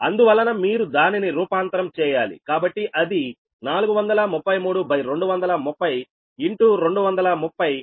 అందువలన మీరు దానిని రూపాంతరం చేయాలి కాబట్టి అది 433230230అనగా 433 వోల్ట్ లు